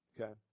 Okay